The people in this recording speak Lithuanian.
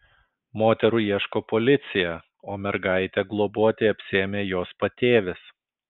moterų ieško policija o mergaitę globoti apsiėmė jos patėvis